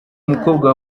umukobwa